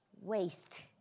waste